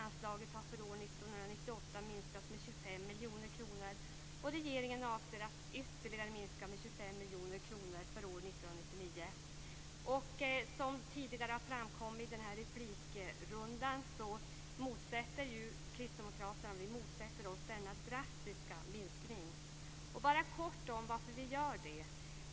Anslaget har för år 1998 minskats med 25 miljoner kronor, och regeringen avser att ytterligare minska med 25 miljoner kronor för år 1999. Som framkom tidigare i den här replikrundan motsätter vi kristdemokrater oss denna drastiska minskning. Jag vill bara säga något kort om varför vi gör detta.